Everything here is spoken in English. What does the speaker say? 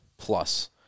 plus